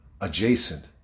adjacent